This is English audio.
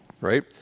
right